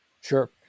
Sure